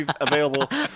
available